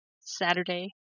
Saturday